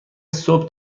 صبح